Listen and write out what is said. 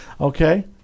Okay